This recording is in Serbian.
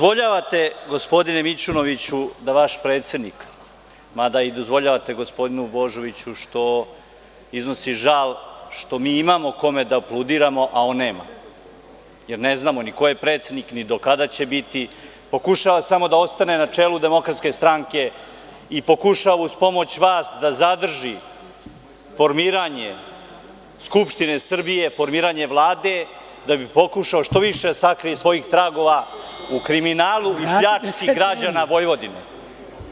Gospodine Mićunoviću, dozvoljavate da vaš predsednik, mada dozvoljavate i gospodinu Božoviću što iznosi žal što mi imamo kome da aplaudiramo, a on nema, jer ne znamo ni ko je predsednik, ni do kada će biti, pokušava samo da ostane na čelu DS-a i pokušava uz pomoć vas da zadrži formiranje Skupštine Srbije, formiranje Vlade, da bi pokušao što više da sakrije svojih tragova u kriminalu i pljački građana Vojvodine.